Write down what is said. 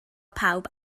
pawb